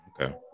okay